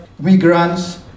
migrants